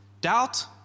doubt